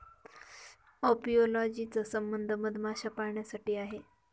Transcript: apiology चा संबंध मधमाशा पाळण्याशी आहे